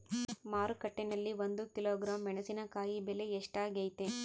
ಮಾರುಕಟ್ಟೆನಲ್ಲಿ ಒಂದು ಕಿಲೋಗ್ರಾಂ ಮೆಣಸಿನಕಾಯಿ ಬೆಲೆ ಎಷ್ಟಾಗೈತೆ?